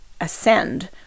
ascend